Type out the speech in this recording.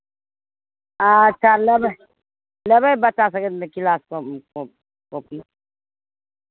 अच्छा लेबै लेबै बच्चा सभके किताब क् क् कॉपी